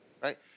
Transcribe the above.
right